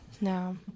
No